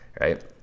Right